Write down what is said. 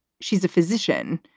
she's a physician,